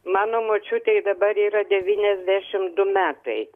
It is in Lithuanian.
mano močiutei dabar yra devyniasdešimt du metai